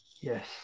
Yes